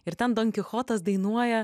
ir ten donkichotas dainuoja